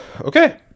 okay